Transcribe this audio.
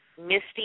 misty